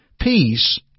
peace